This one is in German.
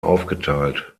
aufgeteilt